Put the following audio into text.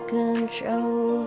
control